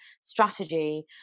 strategy